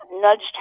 nudged